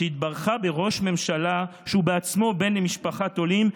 שהתברכה בראש ממשלה שהוא בעצמו בן למשפחת עולים,